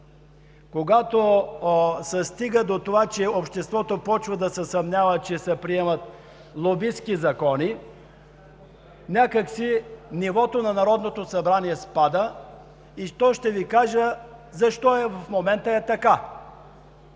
когато се стига до това, че обществото започва да се съмнява, че се приемат лобистки закони, някак си нивото на Народното събрание спада. И ще Ви кажа защо в момента е така.